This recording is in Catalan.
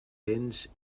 béns